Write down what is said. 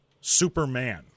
Superman